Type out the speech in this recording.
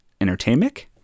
Entertainment